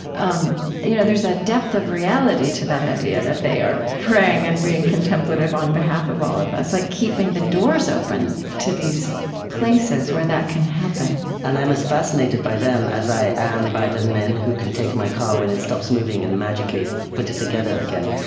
um you know there's a depth of reality to that idea that they are praying and being contemplative on behalf of all of us, like keeping the doors open to these places where that can happen and i'm as fascinated by them as i am by the men who can take my car when it stops moving and magically put it together again.